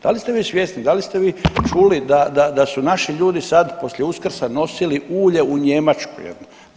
Da li ste vi svjesni, da li ste vi čuli da su naši ljudi sad poslije Uskrsa nosili ulje u Njemačku jednu?